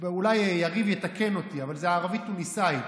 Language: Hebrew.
ואולי יריב יתקן אותי, אבל זאת ערבית תוניסאית.